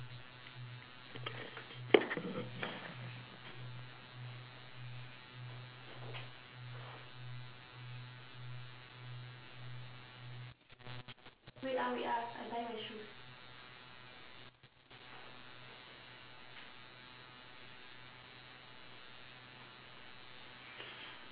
wait ah wait ah I'm tying my shoes